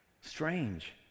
strange